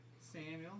Samuel